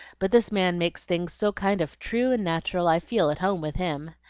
but this man makes things so kind of true and natural i feel at home with him.